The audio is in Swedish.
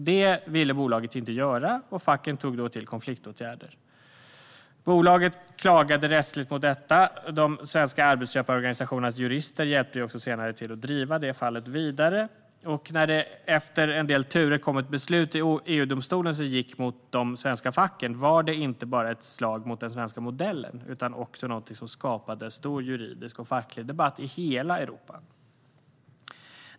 Detta ville bolaget inte göra, och facken tog då till konfliktåtgärder. Bolaget klagade rättsligt mot detta, och de svenska arbetsköparorganisationernas jurister hjälpte senare till att driva fallet vidare. När det efter en del turer kom ett beslut i EU-domstolen som gick emot de svenska facken var det inte bara ett slag mot den svenska modellen utan också något som skapade stor juridisk och facklig debatt i hela Europa.